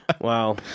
Wow